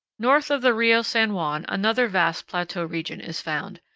north of the rio san juan another vast plateau region is found,